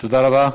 תודה רבה.